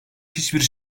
hiçbir